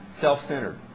self-centered